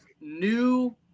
new